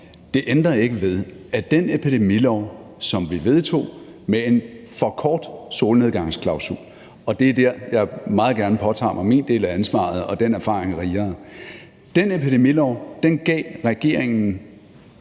det ligger også hos mig, at den epidemilov, som vi vedtog med en for kort solnedgangsklausul – og det er der, jeg meget gerne påtager mig min del af ansvaret og er den erfaring rigere – ikke bare gav regeringen